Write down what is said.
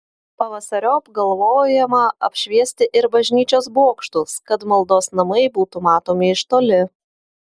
pavasariop galvojama apšviesti ir bažnyčios bokštus kad maldos namai būtų matomi iš toli